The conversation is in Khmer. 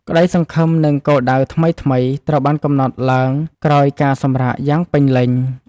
ក្ដីសង្ឃឹម និងគោលដៅថ្មីៗត្រូវបានកំណត់ឡើងក្រោយការសម្រាកយ៉ាងពេញលេញ។